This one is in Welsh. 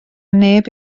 neb